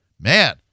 man